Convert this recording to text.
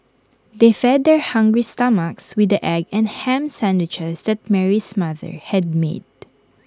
they fed their hungry stomachs with the egg and Ham Sandwiches that Mary's mother had made